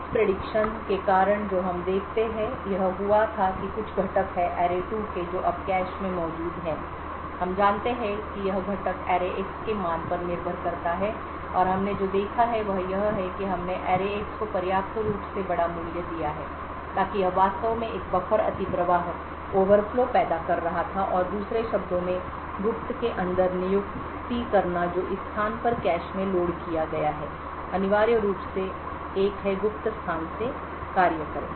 miss prediction के कारण जो हम देखते हैं कि यह हुआ था कि कुछ घटक है array2 के जो अब कैश में मौजूद है हम जानते हैं कि यह घटक एरेx के मान पर निर्भर करता है और हमने जो देखा है वह यह है कि हमने एरे x को पर्याप्त रूप से बड़ा मूल्य दिया है ताकि यह वास्तव में एक बफर अतिप्रवाह पैदा कर रहा था और दूसरे शब्दों में गुप्त के अंदर नियुक्ति करना जो इस स्थान पर कैश में लोड किया गया है अनिवार्य रूप से एक है गुप्त स्थान से कार्य करें